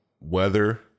weather